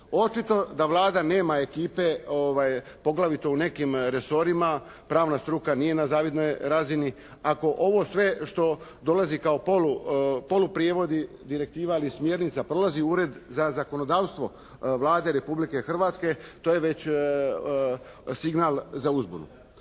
Očito da Vlada nema ekipe, poglavito u nekim resorima, pravna struka nije na zavidnoj razini. Ako ovo sve što dolazi kao poluprijevodi direktiva ili smjernica, prolazi Ured za zakonodavstvo Vlade Republike Hrvatske to je već signal za uzbunu.